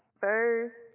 first